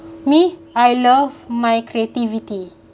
me I love my creativity